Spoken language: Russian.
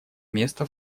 место